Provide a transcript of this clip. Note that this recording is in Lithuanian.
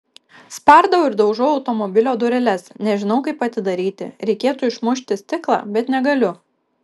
spardau ir daužau automobilio dureles nežinau kaip atidaryti reikėtų išmušti stiklą bet negaliu